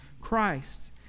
Christ